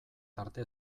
tarte